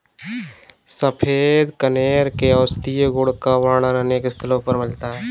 सफेद कनेर के औषधीय गुण का वर्णन अनेक स्थलों पर मिलता है